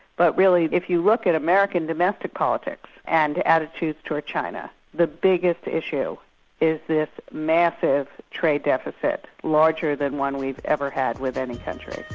but really, if you look at american domestic politics, and attitudes towards china, the biggest issue is this massive trade deficit, larger than one we've ever had with any country.